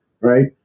right